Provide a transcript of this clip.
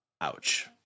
Ouch